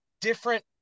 different